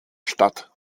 stadt